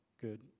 good